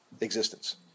existence